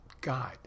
God